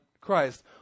Christ